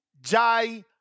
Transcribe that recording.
Jai